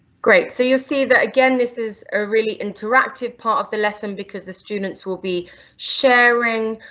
great, so you'll see that again this is a really interactive part of the lesson, because the students will be sharing,